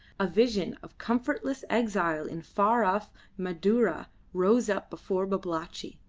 a vision of comfortless exile in far-off madura rose up before babalatchi.